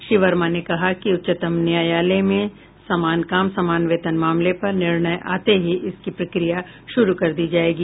श्री वर्मा ने कहा कि उच्चतम न्यायालय में समान काम समान वेतन मामले पर निर्णय आते ही इसकी प्रक्रिया शुरू कर दी जायेगी